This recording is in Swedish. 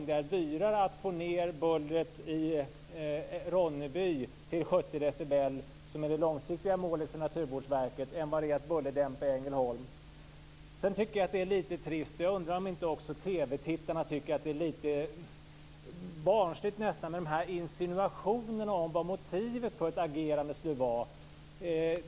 Det är dyrare att få ned bullret i Ronneby till 70 decibel, som är det långsiktiga målet för Naturvårdsverket, än vad det är att bullerdämpa i Sedan tycker jag att det är lite trist, och jag undrar om inte också TV-tittarna tycker att det är lite barnsligt med de här insinuationerna om vad motivet för ett agerande skulle vara.